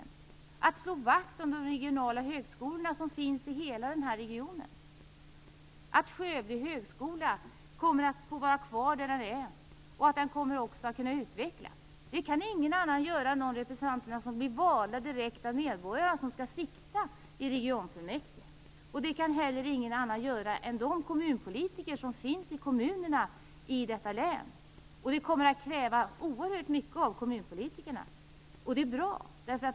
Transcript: Är det något fel på att slå vakt om de högskolor som finns i hela regionen? Skövde höskola kommer nu att få vara kvar där den är och den kommer också att kunna utvecklas. Detta kan ingen annan åstadkomma än de representanter som blir valda direkt av medborgarna till att vara med i regionfullmäktige. Det kan heller ingen annan göra än de kommunpolitiker som finns i kommunerna i detta län. Det kommer att krävas oerhört mycket av kommunpolitikerna, och det är bra.